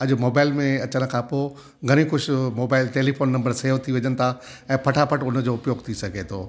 अॼु मोबाइल में अचनि खां पोइ घणी कुझु मोबाइल टेलीफ़ोन नंबर सेव थी वञनि था ऐं फटाफट उनजो उपयोगु थी सघे थो